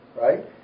right